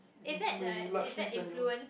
it may largely turn you off